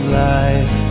life